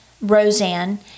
Roseanne